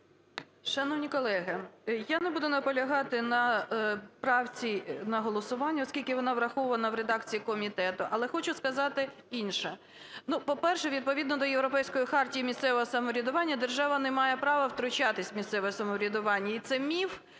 Шановні колеги, я не буду наполягати на правці на голосуванні, оскільки вона врахована в редакції комітету. Але хочу сказати інше. По-перше, відповідно до Європейської хартії місцевого самоврядування, держава не має права втручатися в місцеве самоврядування.